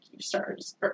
stars